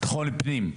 ביטחון הפנים.